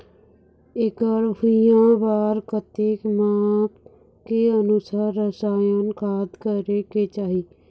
एकड़ भुइयां बार कतेक माप के अनुसार रसायन खाद करें के चाही?